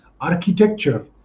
architecture